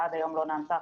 עד היום לא נענתה,